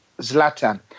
Zlatan